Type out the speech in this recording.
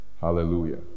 Hallelujah